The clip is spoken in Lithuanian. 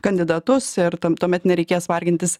kandidatus ir tam tuomet nereikės vargintis